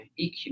EQ